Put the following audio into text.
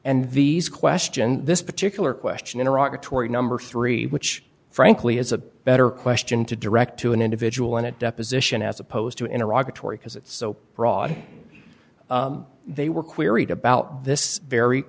and these questions this particular question in iraq are torie number three which frankly is a better question to direct to an individual in a deposition as opposed to in iraq torie because it's so broad they were queried about this very